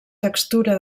textura